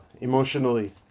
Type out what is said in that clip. emotionally